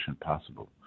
possible